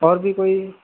اور بھی کوئی